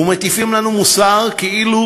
ומטיפים לנו מוסר כאילו